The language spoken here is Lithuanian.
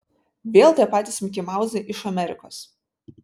vėl tie patys mikimauzai iš amerikos